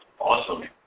Awesome